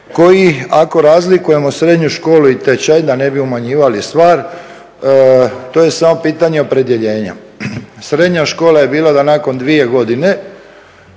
koji ako razlikujemo srednju školu i tečaj da ne bi umanjivali stvar, to je samo pitanje opredjeljenja. Srednja škola je bila da nakon dvije godine